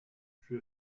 für